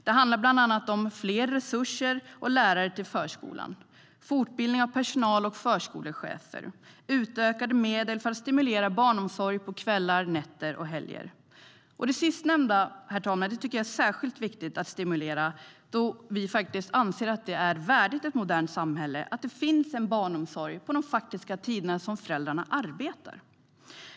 Det handlar bland annat om mer resurser och fler lärare till förskolan, fortbildning av personal och förskolechefer, och utökade medel för att stimulera barnomsorg på kvällar, nätter och helger. Herr talman! Det sistnämnda är särskilt viktigt att stimulera då vi anser att det är värdigt ett modernt samhälle att det finns en barnomsorg på de faktiska tider föräldrarna arbetar.